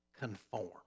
conform